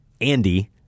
Andy